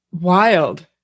wild